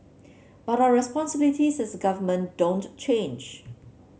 but our responsibilities as government don't change